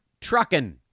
trucking